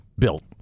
built